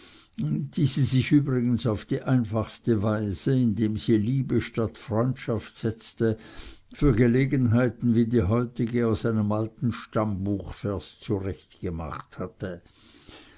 die sie sich übrigens auf die einfachste weise indem sie liebe statt freundschaft setzte für gelegenheiten wie die heutige aus einem alten stammbuchvers zurechtgemacht hatte